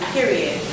Period